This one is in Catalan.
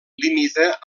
limita